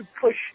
push